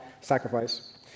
sacrifice